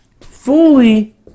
fully